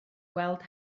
weld